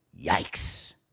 Yikes